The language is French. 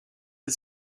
des